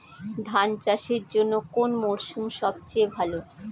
ধান চাষের জন্যে কোন মরশুম সবচেয়ে ভালো?